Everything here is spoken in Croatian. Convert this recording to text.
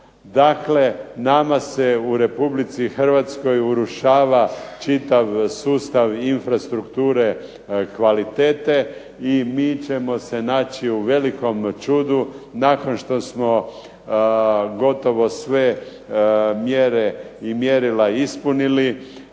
Dakle, nama se u RH urušava čitav sustav infrastrukture kvalitete i mi ćemo se naći u velikom čudu nakon što smo gotovo sve mjere i mjerila ispunili.